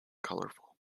colorful